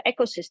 ecosystem